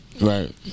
Right